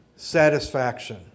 satisfaction